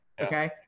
Okay